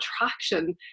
attraction